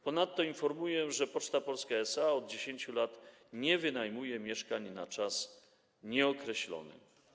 Ponadto informuję, że Poczta Polska SA od 10 lat nie wynajmuje mieszkań na czas nieokreślony.